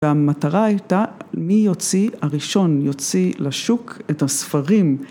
‫והמטרה הייתה מי יוציא הראשון, ‫יוציא לשוק את הספרים.